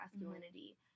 masculinity